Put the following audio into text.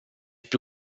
più